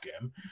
game